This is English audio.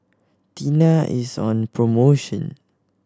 tena is on promotion